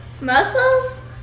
muscles